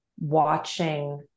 watching